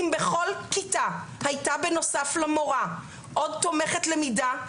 אם בכל כיתה הייתה בנוסף למורה עוד תומכת למידה,